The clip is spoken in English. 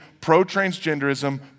pro-transgenderism